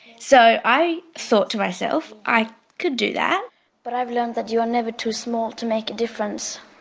so i thought to myself, i could do that but i've learned that you are never too small to make a difference.